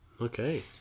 Okay